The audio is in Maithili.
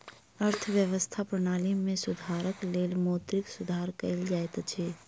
अर्थव्यवस्था प्रणाली में सुधारक लेल मौद्रिक सुधार कयल जाइत अछि